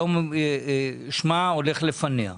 היום שמה הולך לפניה,